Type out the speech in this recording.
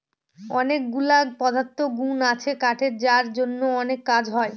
অনেকগুলা পদার্থগুন আছে কাঠের যার জন্য অনেক কাজ হয়